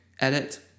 edit